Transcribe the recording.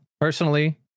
personally